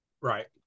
Right